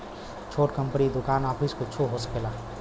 छोट कंपनी दुकान आफिस कुच्छो हो सकेला